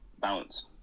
balance